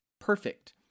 Perfect